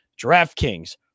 DraftKings